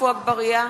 עפו אגבאריה,